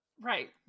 Right